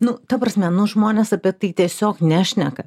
nu ta prasme nu žmonės apie tai tiesiog nešneka